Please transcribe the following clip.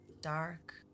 Dark